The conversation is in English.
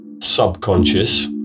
subconscious